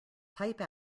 type